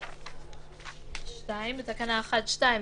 (2) בתקנה 1(2),